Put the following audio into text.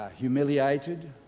humiliated